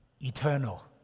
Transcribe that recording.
eternal